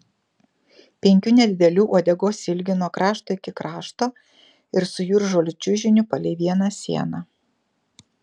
penkių nedidelių uodegos ilgių nuo krašto iki krašto ir su jūržolių čiužiniu palei vieną sieną